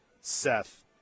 Seth